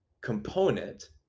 component